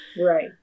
right